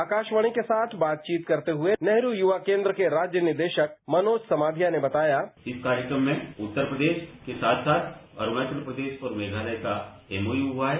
आकाशवाणी के साथ बातचीत करते हुए नेहरू युवा केंद्र के राज्य निदेशक मनोज समाधिया ने बताया इस कार्यक्रम में उत्तर प्रदेश के साथ साथ अरूणाचल प्रदेश और मेघालय का एम ओ यू हुआ है